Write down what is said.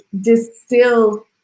distill